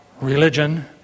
religion